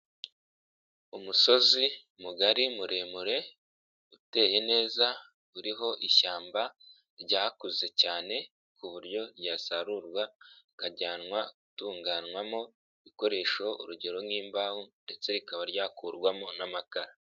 Umusozi mugari muremure uteye neza uriho ishyamba ryakuze cyane ku buryo ryasarurwa akajyanwa gutunganywamo ibikoresho urugero nk'imbaho ndetse rikaba ryakurwamo n'amakara.